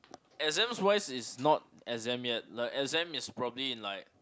exams wise is not exam yet the exam is probably in like